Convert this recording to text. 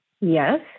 Yes